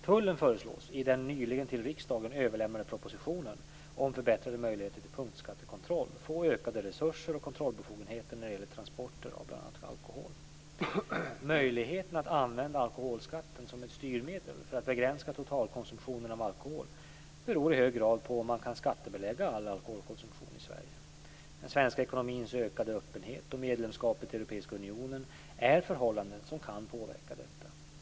Tullen föreslås i den nyligen till riksdagen överlämnade propositionen om förbättrade möjligheter till punktskattekontroll få ökade resurser och kontrollbefogenheter när det gäller transporter av bl.a. alkohol. Möjligheten att använda alkoholskatten som ett styrmedel för att begränsa totalkonsumtionen av alkohol beror i hög grad på om man kan skattebelägga all alkoholkonsumtion i Sverige. Den svenska ekonomins ökade öppenhet och medlemskapet i EU är förhållanden som kan påverka detta.